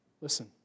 Listen